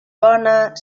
bona